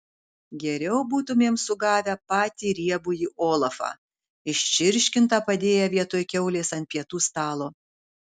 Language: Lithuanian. geriau būtumėm sugavę patį riebųjį olafą iščirškintą padėję vietoj kiaulės ant pietų stalo